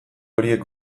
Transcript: horiek